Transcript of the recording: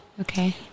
Okay